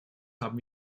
haben